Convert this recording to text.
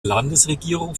landesregierung